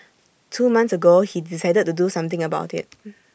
two months ago he decided to do something about IT